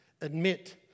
admit